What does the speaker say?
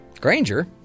Granger